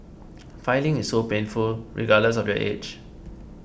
filing is so painful regardless of your age